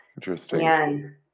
Interesting